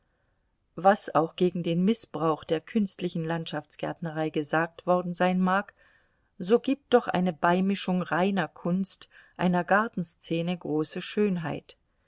was auch gegen den mißbrauch der künstlichen landschaftsgärtnerei gesagt worden sein mag so gibt doch eine beimischung reiner kunst einer gartenszene große schönheit